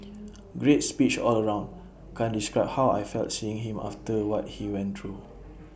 great speech all round can't describe how I felt seeing him after what he went through